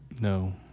No